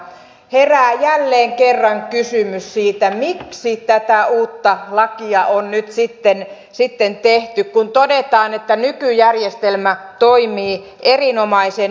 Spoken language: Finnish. herää jälleen kerran kysymys siitä miksi tätä uutta lakia on nyt sitten tehty kun todetaan että nykyjärjestelmä toimii erinomaisen hyvin